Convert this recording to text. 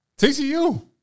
TCU